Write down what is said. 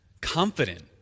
confident